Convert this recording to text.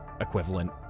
equivalent